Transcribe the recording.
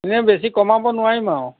এনেই বেছি কমাব নোৱাৰিম আৰু